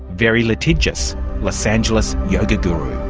very litigious los angeles yoga guru.